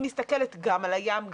היא מסתכלת גם על הים,